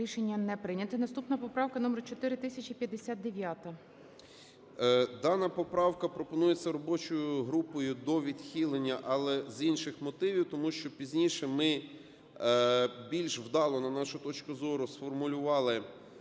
Рішення не прийнято. Наступна поправка - номер 4059. 16:27:23 СИДОРОВИЧ Р.М. Дана поправка пропонується робочою групою до відхилення, але з інших мотивів, тому що пізніше ми більш вдало, на нашу точку зору, сформулювали